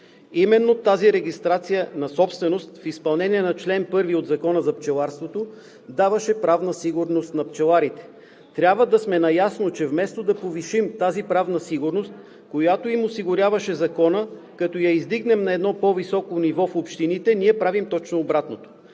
Именно тази регистрация на собственост, в изпълнение на чл. 1 от Закона за пчеларството, даваше правна сигурност на пчеларите. Трябва да сме наясно, че вместо да повишим тази правна сигурност, която им осигуряваше Законът, като я издигнем на едно по-високо ниво в общините, ние правим точно обратното.